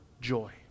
joy